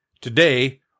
Today